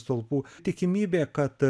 stulpų tikimybė kad